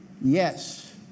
Yes